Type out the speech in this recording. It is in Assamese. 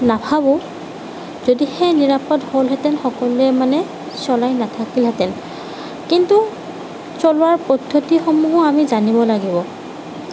নাভাবোঁ যদিহে নিৰাপদ হ'লহেতেন সকলোৱে মানে চলাই নাথাকিলহেঁতেন কিন্তু চলোৱাৰ পদ্ধতিসমূহো আমি জানিব লাগিব